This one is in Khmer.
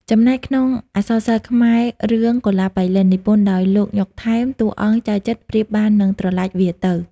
ចំណែកក្នុងអក្សរសិល្ប៍ខ្មែររឿង "កុលាបប៉ៃលិន" និពន្ធដោយ លោក ញ៉ុក ថែម តួអង្គ ចៅចិត្រ ប្រៀបបាននឹង "ត្រឡាចវារទៅ"។